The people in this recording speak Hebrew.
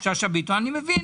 אני מבין,